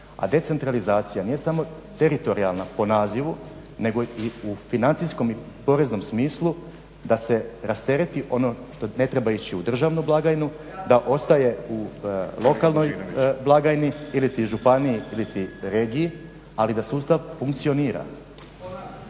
A decentralizacija nije samo teritorijalna po nazivu nego i u financijskom i poreznom smislu da se rastereti ono što ne treba ići u državnu blagajnu, da ostane u lokalnoj blagajni iliti na županiji iliti regiji ali da sustav funkcionira.